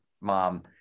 mom